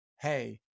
hey